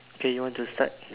okay you want to start